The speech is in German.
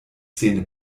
zähne